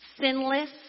sinless